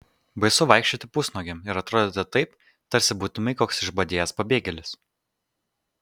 baisu vaikščioti pusnuogiam ir atrodyti taip tarsi būtumei koks išbadėjęs pabėgėlis